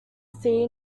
sea